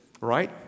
Right